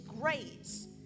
grace